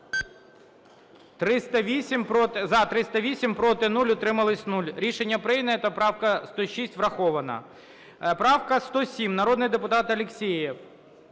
За-308 Проти - 0, утримались – 0. Рішення прийнято. Правка 106 врахована. Правка 107, народний депутат Алєксєєв.